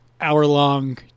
hour-long